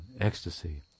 ecstasy